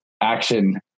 action